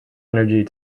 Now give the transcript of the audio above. energy